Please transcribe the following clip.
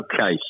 Okay